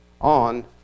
on